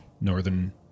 northern